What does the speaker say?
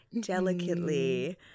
delicately